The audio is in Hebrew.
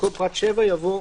במקום פרט 7 יבוא: